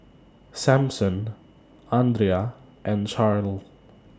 Samson Andria and Charle